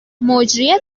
مجری